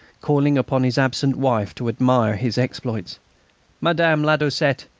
calling upon his absent wife to admire his exploits madame ladoucette,